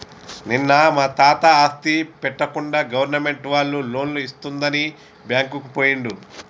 నిన్న మా తాత ఆస్తి పెట్టకుండా గవర్నమెంట్ వాళ్ళు లోన్లు ఇస్తుందని బ్యాంకుకు పోయిండు